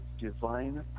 divine